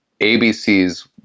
ABC's